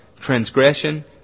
transgression